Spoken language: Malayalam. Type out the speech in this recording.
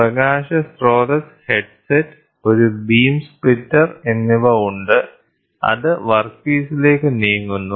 പ്രകാശ സ്രോതസ്സ് ഹെഡ്സെറ്റ് ഒരു ബീം സ്പ്ലിറ്റർ എന്നിവ ഉണ്ട് അത് വർക്ക്പീസിലേക്ക് നീങ്ങുന്നു